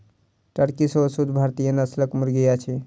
Turkey सेहो शुद्ध भारतीय नस्लक मुर्गी अछि